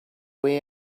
way